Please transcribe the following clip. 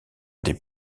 des